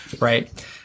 right